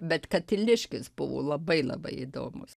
bet katiliškis buvo labai labai įdomus